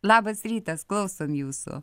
labas rytas klausom jūsų